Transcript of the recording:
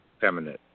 feminine